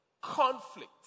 conflict